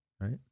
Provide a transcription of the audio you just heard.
Right